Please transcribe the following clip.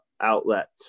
outlets